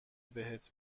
بهت